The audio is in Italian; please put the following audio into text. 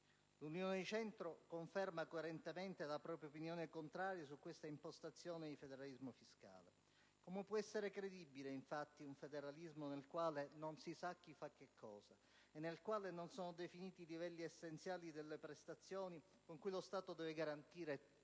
L'Unione di Centro conferma, coerentemente, la propria opinione contraria su questa impostazione di federalismo fiscale. Come può essere credibile, infatti, un federalismo nel quale non si sa "chi fa che cosa" e nel quale non sono definiti i livelli essenziali delle prestazioni con cui lo Stato deve garantire a tutti